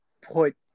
put